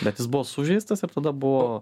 bet jis buvo sužeistas ir tada buvo